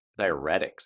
diuretics